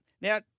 Now